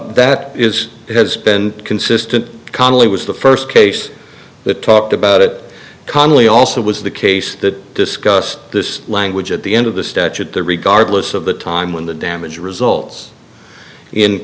that is has been consistent connally was the first case that talked about it calmly also was the case that discussed this language at the end of the statute the regardless of the time when the damage results in